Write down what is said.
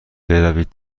بروید